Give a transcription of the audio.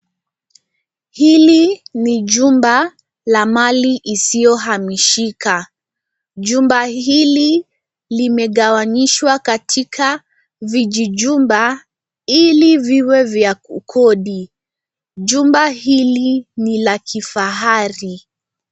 Hili ni jumba la mali isiyohamishika. Jumba hili limegawanyishwa katika vijijumba ili viwe vya kukodi. Jumba hili ni la kifahari.